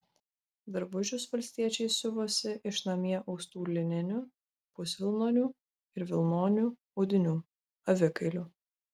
drabužius valstiečiai siuvosi iš namie austų lininių pusvilnonių ir vilnonių audinių avikailių